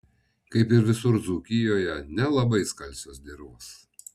kaip ir visur dzūkijoje nelabai skalsios dirvos